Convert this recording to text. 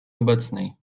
obecnej